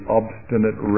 obstinate